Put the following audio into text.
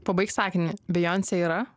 pabaik sakinį bijonce yra